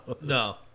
No